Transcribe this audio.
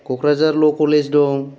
Kokrajhar law college दं